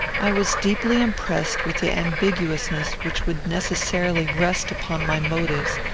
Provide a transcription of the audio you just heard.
i was deeply impressed with the ambiguousness which would necessarily rest upon my motives,